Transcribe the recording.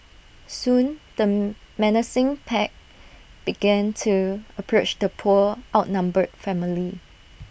soon the menacing pack began to approach the poor outnumbered family